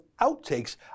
outtakes